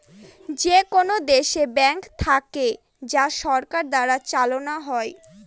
যেকোনো দেশে ব্যাঙ্ক থাকে যা সরকার দ্বারা চালানো হয়